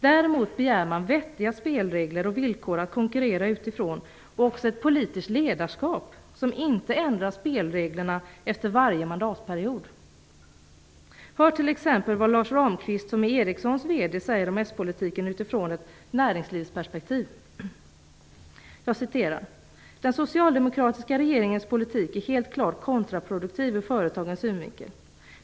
Däremot begär man vettiga spelregler och villkor att konkurrera utifrån och även ett politiskt ledarskap som inte ändrar spelreglerna efter varje mandatperiod. Hör t.ex. vad Lars Ramqvist, Ericssons VD, säger om s-politiken från näringslivsperspektiv: "Den socialdemokratiska regeringens politik är helt klart kontraproduktiv ur företagens synvinkel.